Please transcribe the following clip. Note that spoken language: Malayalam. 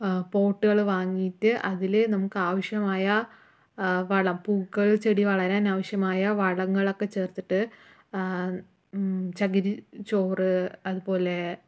പോട്ടുകൾ വാങ്ങീട്ട് അതിൽ നമുക്ക് ആവശ്യമായ വള പൂക്കൾ ചെടി വളരാനാവശ്യമായ വളങ്ങളൊക്കെ ചേർത്തിട്ട് ചകിരി ചോറ് അത് പോലെ